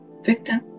victim